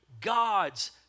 God's